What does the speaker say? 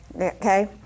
Okay